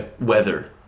Weather